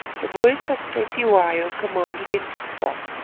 the voice of cetywayo commanded him to stop.